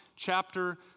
Chapter